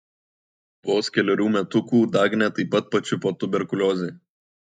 vos kelerių metukų dagnę taip pat pačiupo tuberkuliozė